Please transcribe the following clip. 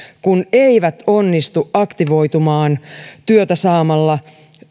kun eivät onnistu aktivoitumaan työtä saamalla